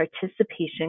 participation